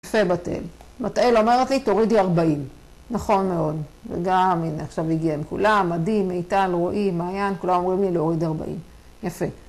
יפה, בתאל. בתאל אומרת לי תורידי ארבעים. נכון מאוד. וגם הנה, עכשיו הגיעים כולם, עדי, מיטל, רועי, מעיין, כולם אומרים לי להוריד ארבעים. יפה.